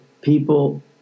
people